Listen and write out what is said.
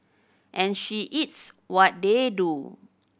and she eats what they do